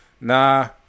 Nah